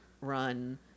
run